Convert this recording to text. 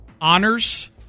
Honors